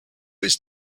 ist